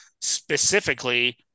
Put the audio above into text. specifically